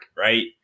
right